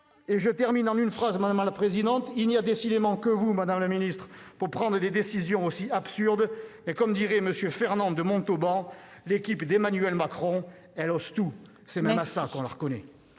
». Cessez de faire parler les morts ! Il n'y a décidément que vous, madame la ministre, pour prendre des décisions aussi absurdes, et comme dirait M. Fernand de Montauban, l'équipe d'Emmanuel Macron, « elle ose tout, c'est même à ça qu'on la reconnaît